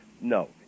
No